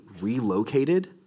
relocated